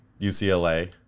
UCLA